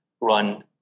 run